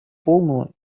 полного